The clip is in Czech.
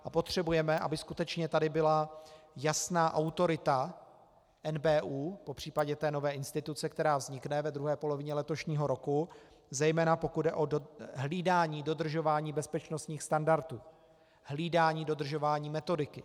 A potřebujeme, aby skutečně tady byla jasná autorita NBÚ, popř. té nové instituce, která vznikne ve druhé polovině letošního roku, zejména pokud jde o hlídání dodržování bezpečnostních standardů, hlídání dodržování metodiky.